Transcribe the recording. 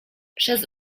przez